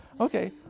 okay